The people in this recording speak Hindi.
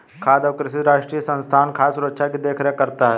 खाद्य और कृषि राष्ट्रीय संस्थान खाद्य सुरक्षा की देख रेख करता है